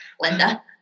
Linda